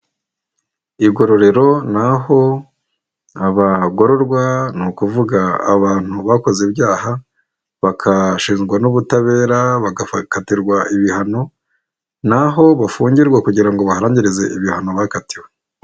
Igororero naho abagororwa ni ukuvuga abantu bakoze ibyaha bakashinjwa n'ubutabera bagakatirwa ibihano ni aho aho bafungirwa kugira ngo baharangirize ibihano bakatiwe.